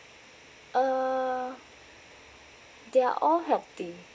uh they are all healthy